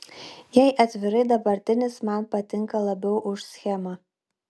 jei atvirai dabartinis man patinka labiau už schemą